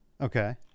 Okay